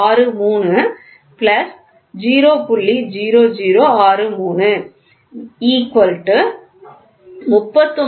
00063 0